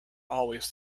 always